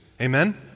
Amen